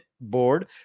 board